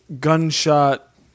gunshot